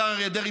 השר אריה דרעי,